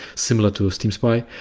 similar to steam spy.